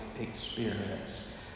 experience